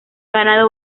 ganado